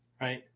right